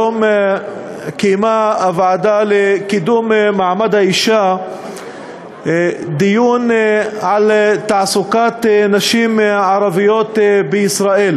היום קיימה הוועדה לקידום מעמד האישה דיון על תעסוקת נשים ערביות בישראל